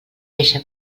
eixa